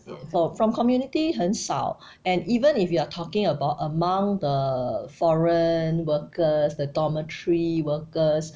ya from from community 很少 and even if you are talking about among the foreign workers the dormitory workers